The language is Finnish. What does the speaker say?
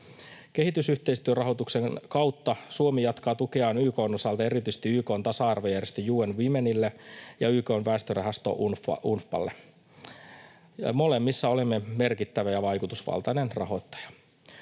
Kehitysyhteistyörahoituksen kautta Suomi jatkaa tukeaan YK:n osalta erityisesti YK:n tasa-arvojärjestö UN Womenille ja YK:n väestörahasto UNFPA:lle. Molemmissa olemme merkittävä ja vaikutusvaltainen rahoittaja.